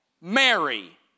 Mary